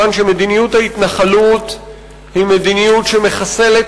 כיוון שמדיניות ההתנחלות היא מדיניות המחסלת